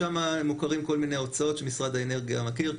שם מוכרים כל מיני הוצאות שמשרד האנרגיה מכיר,